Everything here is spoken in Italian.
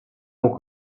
può